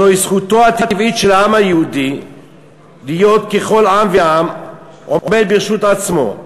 "זוהי זכותו הטבעית של העם היהודי להיות ככל עם ועם עומד ברשות עצמו,